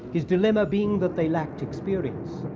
his dilemma being that they lacked experience.